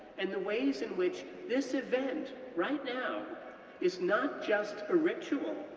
and the ways in which this event right now is not just a ritual,